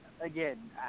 Again